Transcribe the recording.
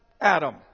Adam